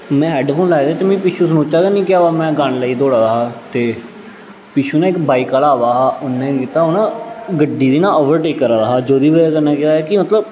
में headphone लाए दे हे ते मिगी पिच्छे दा सुनचा दा नेईं हा केह् अवा दा में गीना लाइयै दौड़ा जा हा ते पिच्छों ना इक बाईक आह्ला अवा दा हा उन्नै केह् कीता के उन्न गड्डी गी ना ओवरटेक करा दा हा ते जोह्दे बजह् कन्नै केह् होएआ कि मतलब